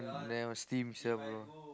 never steam sia bro